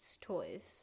toys